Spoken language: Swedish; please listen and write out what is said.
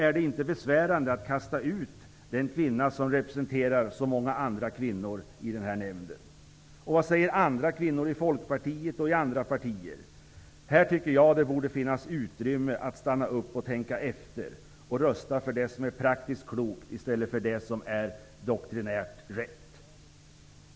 Är det inte besvärande att kasta ut ur nämnden den kvinna som representerar så många andra kvinnor? Vad säger andra kvinnor i Folkpartiet och i andra partier? Här borde finnas utrymme att stanna upp och tänka efter, och rösta för det som är praktiskt klokt i stället för det som är doktrinärt rätt.